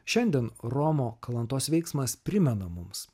šiandien romo kalantos veiksmas primena mums